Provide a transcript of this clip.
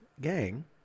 gang